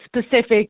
specific